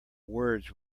words